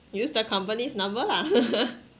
use the company's number lah